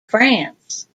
france